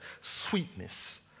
sweetness